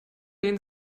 den